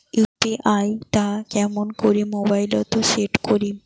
UPI টা কেমন করি মোবাইলত সেট করিম?